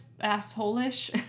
asshole-ish